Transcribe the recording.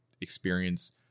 experience